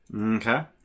Okay